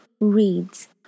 Reads